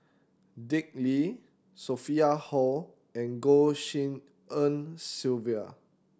Dick Lee Sophia Hull and Goh Tshin En Sylvia